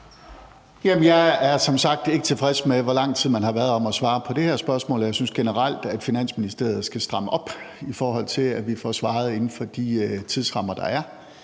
sagt ikke tilfreds med, hvor lang tid man har været om at svare på det her spørgsmål, og jeg synes generelt, at Finansministeriet skal stramme op i forhold til at få svaret inden for de tidsrammer, der er.